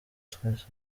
twese